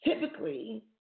typically